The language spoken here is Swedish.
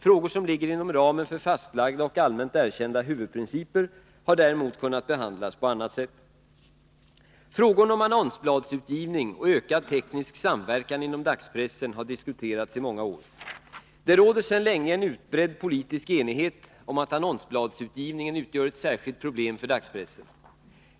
Frågor som ligger inom ramen för fastlagda och allmänt erkända huvudprinciper har däremot kunnat behandlas på annat sätt. Frågorna om annonsbladsutgivning och ökad teknisk samverkan inom dagspressen har diskuterats i många år. Det råder sedan länge en utbredd politisk enighet om att annonsbladsutgivningen utgör ett särskilt problem för dagspressen.